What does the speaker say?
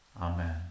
Amen